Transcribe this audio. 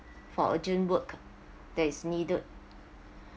for urgent work that is needed